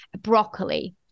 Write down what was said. Broccoli